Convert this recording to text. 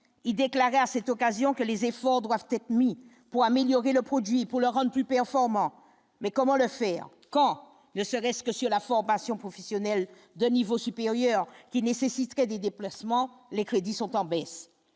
déclaré à cette occasion que les efforts doivent être munis pour améliorer le produit pour le rendre plus performant, mais comment le faire quand, ne serait-ce que sur la formation professionnelle de niveau supérieur qui nécessiterait des déplacements, les crédits sont en baisse